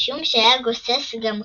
משום שהיה גוסס גם כך.